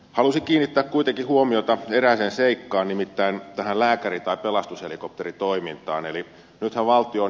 halusin kiinnittää kuitenkin huomiota erääseen seikkaan nimittäin tähän lääkäri tai pelastushelikopteritoimintaan